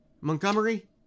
Montgomery